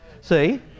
See